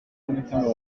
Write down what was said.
n’umutima